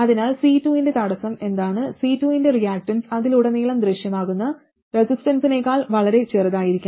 അതിനാൽ C2 ന്റെ തടസ്സം എന്താണ് C2 ന്റെ റിയാക്റ്റൻസ് അതിലുടനീളം ദൃശ്യമാകുന്ന റെസിസ്റ്റൻസിനേക്കാൾ വളരെ ചെറുതായിരിക്കണം